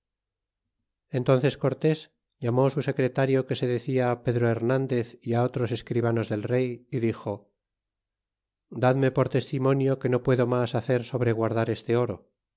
entónces cortés llamó su secretario que se decia pedro hernandez y otros escribanos del rey y dixo dadme por testimonio que no puedo mas hacer sobre guardar este oro